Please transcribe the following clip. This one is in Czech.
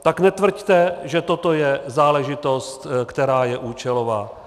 Tak netvrďte, že toto je záležitost, která je účelová.